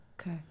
Okay